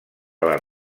les